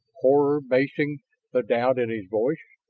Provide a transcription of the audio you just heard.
horror basing the doubt in his voice.